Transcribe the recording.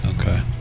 Okay